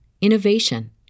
innovation